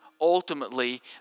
ultimately